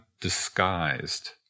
disguised